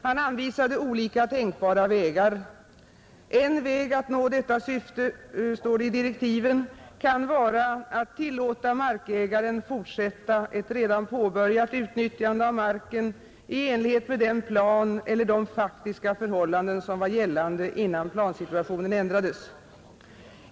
Han anvisade olika tänkbara vägar: ”En väg att nå detta syfte kan vara att tillåta markägaren fortsätta ett redan påbörjat utnyttjande av marken i enlighet med den plan eller de faktiska förhållanden som var gällande innan plansituationen ändrades.